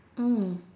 mm